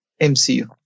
MCU